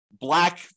black